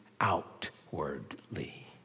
outwardly